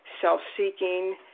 self-seeking